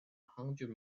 hundred